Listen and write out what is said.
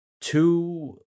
two